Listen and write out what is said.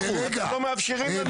דקה,